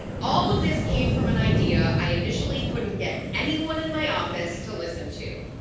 all of this came from an idea i initially couldn't get anyone in my office to listen to,